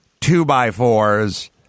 two-by-fours